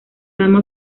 dama